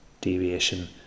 deviation